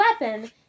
weapon